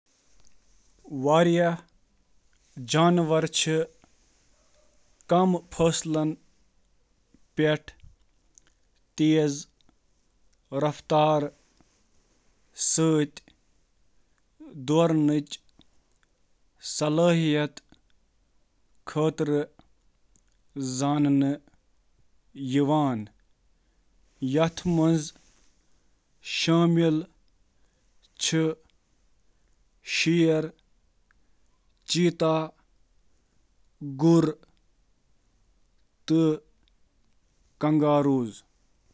چیتا چھِ کم فٲصلَن پٮ۪ٹھ تیز رفتارٕ سۭتۍ دورنٕچ صلٲحیت خٲطرٕ زاننہٕ یِوان، فٲیدٕ چیتن ہٕنٛز رفتار چھِ تِمَن شِکارُک پیچھا کرنہٕ وِزِ فٲیدٕ دِوان۔